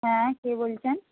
হ্যাঁ কে বলছেন